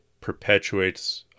perpetuates